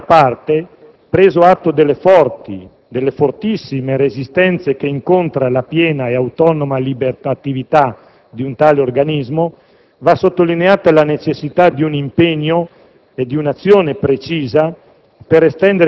dall'altra, preso atto delle forti, fortissime resistenze che incontra la piena e autonoma attività di tale organismo, va sottolineata la necessità di un impegno e di un'azione precisa